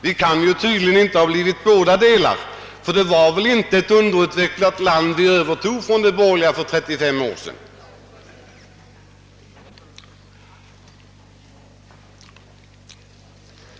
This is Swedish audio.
Vi kan ju tydligen inte ha blivit båda delarna, ty det var väl inte ett underutvecklat land, som vi övertog från de borgerliga för 35 år sedan?